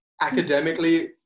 Academically